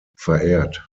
verehrt